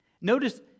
Notice